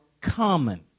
Common